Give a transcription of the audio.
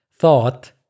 Thought